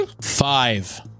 Five